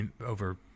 over